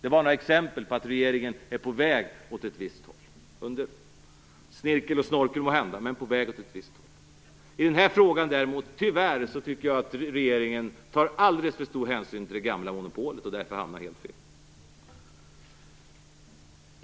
Detta är några exempel på att regeringen är på väg åt ett visst håll, under snirkel och snorkel måhända, men ändå på väg. I den här frågan däremot tycker jag att regeringen tyvärr tar alldeles för stor hänsyn till det gamla monopolet och därför hamnar helt fel.